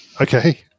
okay